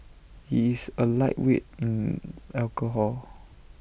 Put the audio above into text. he is A lightweight in alcohol